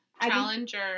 Challenger